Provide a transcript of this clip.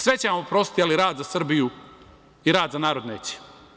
Sve će vam oprostiti, ali rad za Srbiju i rad za narod neće.